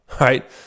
right